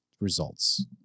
results